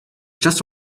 just